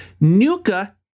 Nuka